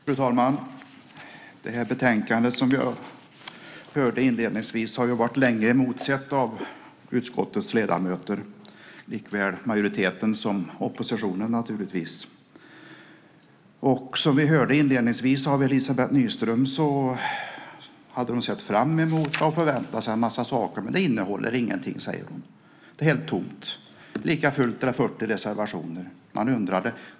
Fru talman! Det här betänkandet har länge, som vi inledningsvis hörde, varit emotsett av utskottets ledamöter, naturligtvis såväl av majoriteten som av oppositionen. Som vi hörde inledningsvis av Elizabeth Nyström hade hon sett fram emot och förväntat sig en massa saker. Men betänkandet innehåller ingenting. Det är helt tomt, säger hon. Likafullt finns det 40 reservationer. Man undrar.